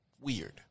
Weird